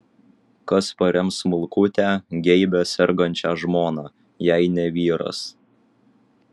kas parems smulkutę geibią sergančią žmoną jei ne vyras